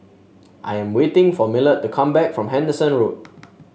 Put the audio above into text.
I am waiting for Millard to come back from Henderson Road